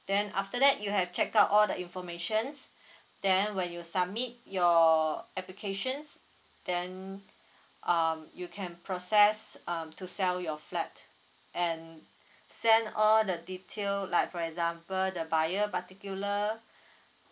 then after that you have check out all the information then when you submit your applications then um you can process um to sell your flat and send all the detail like for example the buyer particular